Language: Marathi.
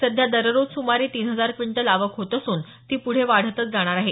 सध्या दररोज सुमारे तीन हजार क्विंटल आवक होत असून ती पुढे वाढतच जाणार आहे